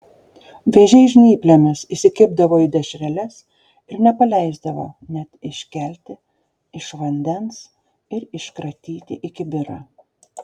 vėžiai žnyplėmis įsikibdavo į dešreles ir nepaleisdavo net iškelti iš vandens ir iškratyti į kibirą